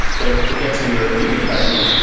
so to get to your immediate question,